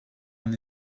and